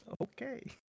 Okay